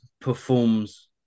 performs